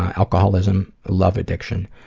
alcoholism, love addiction,